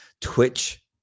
Twitch